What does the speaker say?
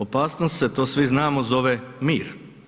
Opasnost se to svi znamo, zove mir.